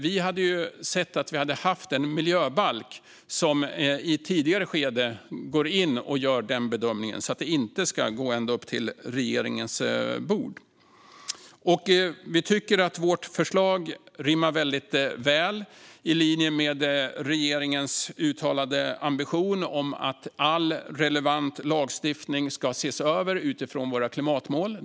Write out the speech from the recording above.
Vi hade dock velat ha en miljöbalk som i ett tidigare skede går in och gör den bedömningen så att det inte ska gå ända upp till regeringens bord. Vi tycker att vårt förslag rimmar väldigt väl med regeringens uttalade ambition om att all relevant lagstiftning ska ses över utifrån våra klimatmål.